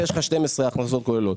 ויש לך 12 מיליון הכנסות כוללות,